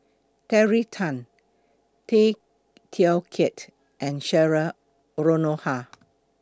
Terry Tan Tay Teow Kiat and Cheryl Noronha